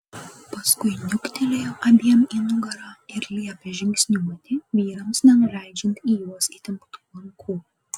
paskui niuktelėjo abiem į nugarą ir liepė žingsniuoti vyrams nenuleidžiant į juos įtemptų lankų